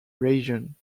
region